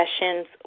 sessions